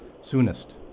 soonest